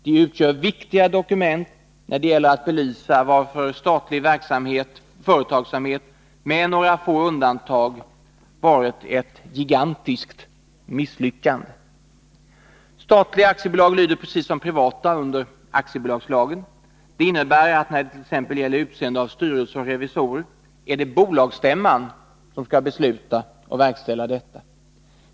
De utgör viktiga dokument när det gäller att belysa varför statlig företagsamhet med några få undantag varit ett gigantiskt misslyckande. Statliga aktiebolag lyder precis som privata under aktiebolagslagen. Det innebär att när det t.ex. gäller utseende av styrelse och revisorer är det bolagsstämman som skall besluta och verkställa detta.